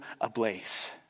ablaze